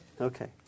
Okay